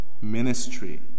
ministry